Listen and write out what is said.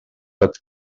tot